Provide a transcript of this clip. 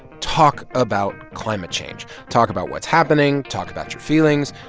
talk about climate change. talk about what's happening. talk about your feelings.